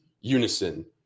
unison